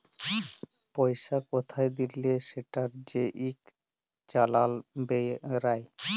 পইসা কোথায় দিলে সেটর যে ইক চালাল বেইরায়